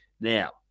Now